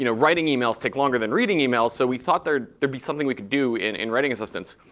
you know writing emails take longer than reading emails, so we thought there'd there'd be something we could do in in writing assistance.